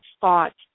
thought